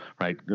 right